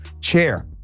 Chair